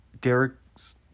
Derek's